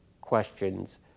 questions